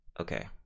Okay